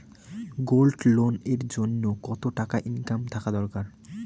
Gold loan এর জইন্যে কতো টাকা ইনকাম থাকা দরকার?